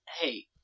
hey